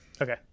Okay